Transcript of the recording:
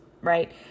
right